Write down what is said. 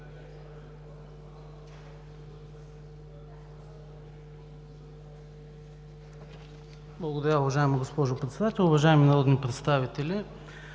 Благодаря, уважаема госпожо Председател. Уважаеми народни представители,